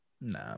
Nah